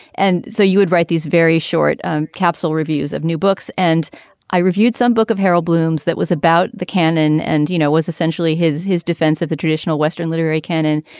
and so you would write these very short um capsule reviews of new books. and i reviewed some book of harold bloom's that was about the canon and, you know, was essentially his his defense of the traditional western literary canon.